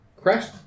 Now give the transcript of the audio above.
Crash